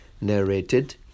narrated